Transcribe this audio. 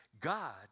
God